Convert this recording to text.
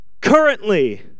currently